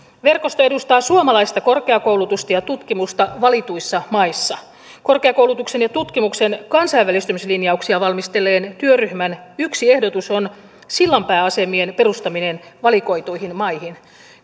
verkosto edustaa suomalaista korkeakoulutusta ja tutkimusta valituissa maissa korkeakoulutuksen ja tutkimuksen kansainvälistymislinjauksia valmistelleen työryhmän yksi ehdotus on sillanpääase mien perustaminen valikoituihin maihin